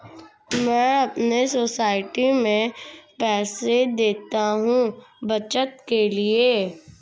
मैं अपने सोसाइटी में पैसे देता हूं बचत के लिए